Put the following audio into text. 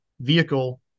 vehicle